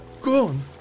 gone